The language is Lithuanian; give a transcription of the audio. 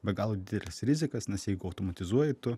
be galo dideles rizikas nes jeigu automatizuoji tu